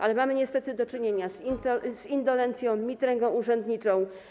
Ale mamy niestety do czynienia z indolencją, mitręgą urzędniczą.